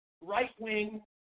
right-wing